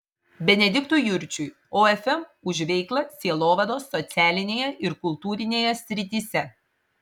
benediktui jurčiui ofm už veiklą sielovados socialinėje ir kultūrinėje srityse